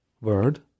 word